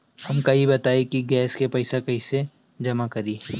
हमका ई बताई कि गैस के पइसा कईसे जमा करी?